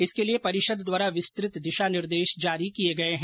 इसके लिये परिषद द्वारा विस्तृत दिशा निर्देश जारी किये गये है